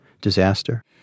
disaster